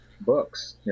books